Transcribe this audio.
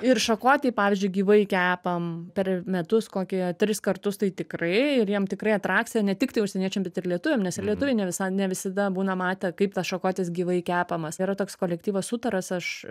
ir šakotį pavyzdžiui gyvai kepam per metus kokie tris kartus tai tikrai ir jiem tikrai atrakcija ne tiktai užsieniečiam bet ir lietuviam nes ir lietuviai ne visa ne visada būna matę kaip tas šakotis gyvai kepamas yra toks kolektyvas sutaras aš